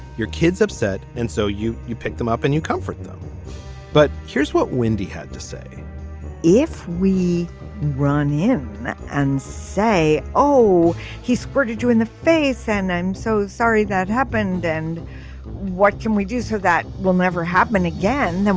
your kids upset and so you you picked them up and you comfort them but here's what wendy had to say if we run in and say oh he squirted you in the face and i'm so sorry that happened and what can we do so that will never happen again. again.